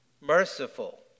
merciful